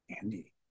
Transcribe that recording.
Andy